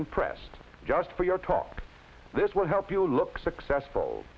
been pressed just for your talk this will help you look successful